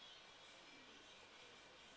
um